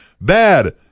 Bad